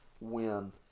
win